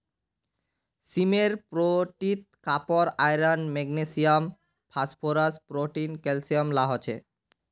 सीमेर पोटीत copper, iron, magnesium, phosphorus, protein, calcium ला हो छे